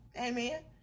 Amen